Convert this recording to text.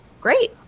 great